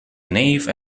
nave